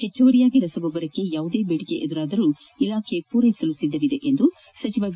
ಹೆಚ್ಚುವರಿಯಾಗಿ ರಸಗೊಬ್ಬರಕ್ಕೆ ಯಾವುದೇ ಬೇಡಿಕೆ ಎದುರಾದರೂ ಇಲಾಖೆ ಪೂರೈಸಲಿದೆ ಎಂದು ಬಿ